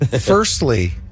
Firstly